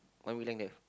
one would length